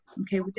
okay